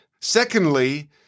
Secondly